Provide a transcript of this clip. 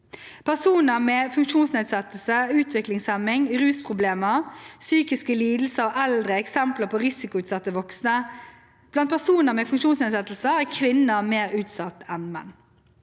Personer med funksjonsnedsettelse, utviklingshemming, rusproblemer, psykiske lidelser og eldre er eksempler på risikoutsatte voksne. Blant personer med funksjonsnedsettelse er kvinner mer utsatt enn menn.